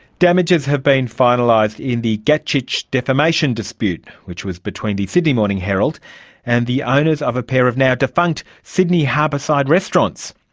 damages have been finalised in the gacic defamation dispute which was between the sydney morning herald and the owners of a pair of now-defunct sydney harbourside restaurants,